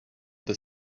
the